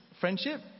friendship